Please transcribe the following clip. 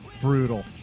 brutal